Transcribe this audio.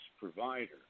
provider